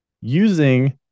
using